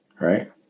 Right